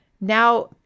now